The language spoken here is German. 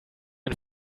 ein